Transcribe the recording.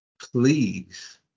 please